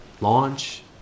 Launch